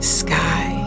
sky